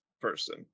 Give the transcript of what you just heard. person